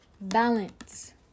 Balance